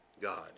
God